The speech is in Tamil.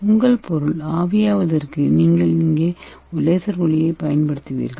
உங்கள் பொருளை ஆவியாக்குவதற்கு இங்கே நீங்கள் லேசர் ஒளியைப் பயன்படுத்துவீர்கள்